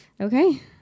Okay